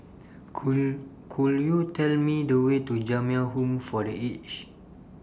Could Could YOU Tell Me The Way to Jamiyah Home For The Aged